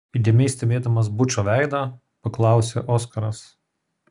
įdėmiai stebėdamas bučo veidą paklausė oskaras